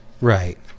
Right